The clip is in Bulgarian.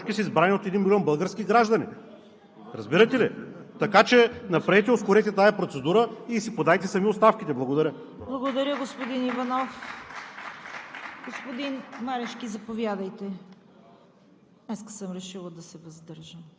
срещу един милион български граждани. Защото, от тази страна на залата, и на тези, на които им спомена имената господин Марешки, са избрани от един милион български граждани. Разбирате ли? Така че направете, ускорете тази процедура и си подайте сами оставките. Благодаря. (Ръкопляскания от